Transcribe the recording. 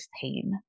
pain